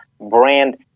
brand